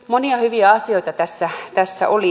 monia hyviä asioita tässä oli